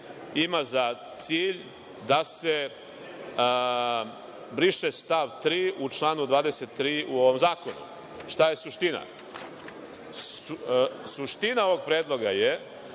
ima za cilj da se briše stav 3. u članu 23. u ovom zakonu. Šta je suština? Suština ovog predloga je